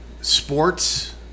sports